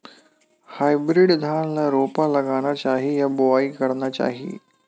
Hybrid धान ल रोपा लगाना चाही या बोआई करना चाही?